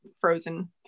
frozen